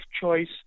choice